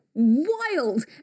wild